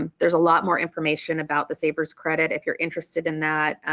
and there's a lot more information about the saver's credit if you're interested in that,